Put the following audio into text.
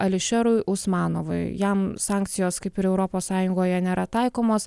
ališerui usmanovui jam sankcijos kaip ir europos sąjungoje nėra taikomos